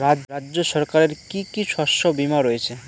রাজ্য সরকারের কি কি শস্য বিমা রয়েছে?